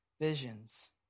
visions